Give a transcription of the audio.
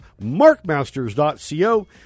markmasters.co